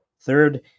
Third